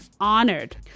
honored